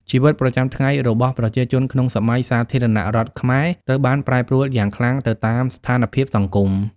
ជីវិតប្រចាំថ្ងៃរបស់ប្រជាជនក្នុងសម័យសាធារណរដ្ឋខ្មែរត្រូវបានប្រែប្រួលយ៉ាងខ្លាំងទៅតាមស្ថានភាពសង្គម។